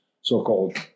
so-called